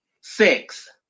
Six